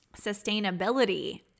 sustainability